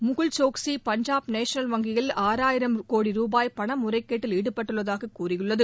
Mukul Choksi Punjab national வங்கியில் ஆறாயிரம் கோடி ரூபாய் பணமுறைகேட்டில் ஈடுபட்டுள்ளதாக கூறியுள்ளது